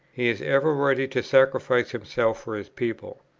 he is ever ready to sacrifice himself for his people.